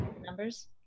Numbers